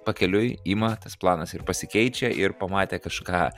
pakeliui ima tas planas ir pasikeičia ir pamatę kažką